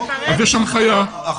אז יש הנחיה לגבי גני הילדים.